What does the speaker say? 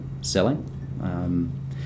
selling